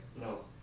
No